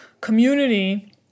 community